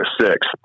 six